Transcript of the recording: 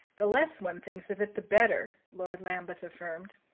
the less one thinks of it, the better, lord lambeth affirmed.